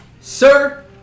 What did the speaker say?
Sir